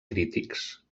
crítics